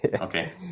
Okay